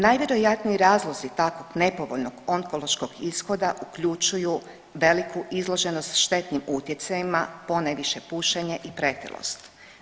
Najvjerojatniji razlozi takvog nepovoljnog onkološkog ishoda uključuju veliku izloženost štetnim utjecajima ponajviše pušenje i pretilost.